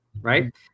Right